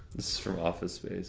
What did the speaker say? this is from office space.